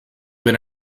been